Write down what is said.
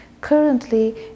Currently